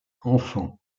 enfant